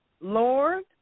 Lord